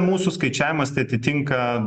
mūsų skaičiavimais tai atitinka